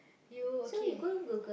you okay